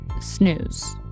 snooze